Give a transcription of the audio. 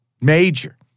major